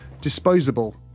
disposable